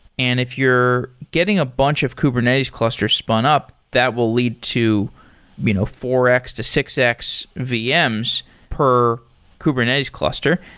and if you're getting a bunch of kubernetes cluster spun up, that will lead to you know four x to six x vms per kubernetes cluster.